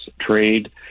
trade